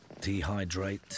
dehydrate